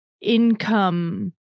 income